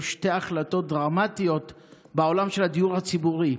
שתי החלטות דרמטיות בעולם של הדיור הציבורי: